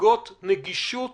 משיגות נגישות